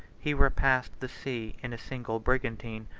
he repassed the sea in a single brigantine,